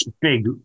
big